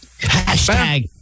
Hashtag